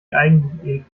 eigentlich